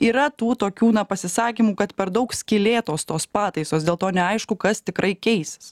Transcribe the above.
yra tų tokių na pasisakymų kad per daug skylėtos tos pataisos dėl to neaišku kas tikrai keisis